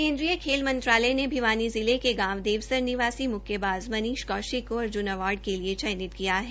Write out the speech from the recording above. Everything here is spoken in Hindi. केन्द्रीय खेल मंत्रालय ने भिवानी जिला के गांव देवसर निवासी मुक्केबाज मनीष कौशिक को अर्जून अवार्ड के लिए चयनित किया है